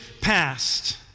past